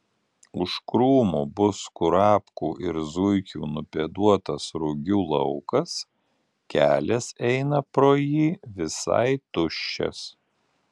už krūmų bus kurapkų ir zuikių nupėduotas rugių laukas kelias eina pro jį visai tuščias